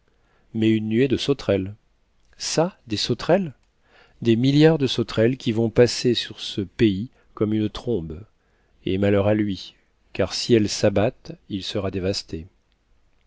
mais une nuée de sauterelles ça des sauterelles des milliards de sauterelles qui vont passer sur ce pays comme une trombe et malheur à lui car si elles s'abattent il sera dévasté